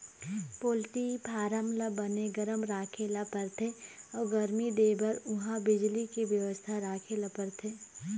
poultry farm ल बने गरम राखे ल परथे अउ गरमी देबर उहां बिजली के बेवस्था राखे ल परथे